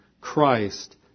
Christ